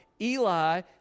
Eli